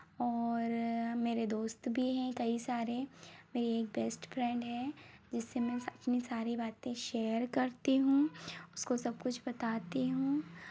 और मेरे दोस्त भी हैं कई सारे मेरी एक बेस्ट फ्रेन्ड है जिससे मैं अपनी सारी बातें शेयर करती हूँ उसको सब कुछ बताती हूँ